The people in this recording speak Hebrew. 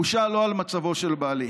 הבושה היא לא על מצבו של בעלי,